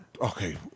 okay